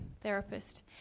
therapist